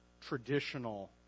traditional